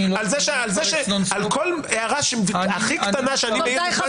על כל הערה הכי קטנה שאני מעיר בזמן